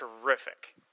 terrific